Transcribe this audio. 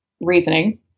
reasoning